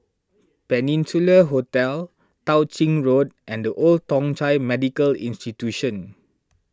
Peninsula Hotel Tao Ching Road and the Old Thong Chai Medical Institution